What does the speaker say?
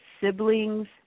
siblings